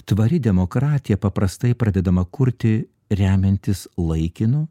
tvari demokratija paprastai pradedama kurti remiantis laikinu